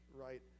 right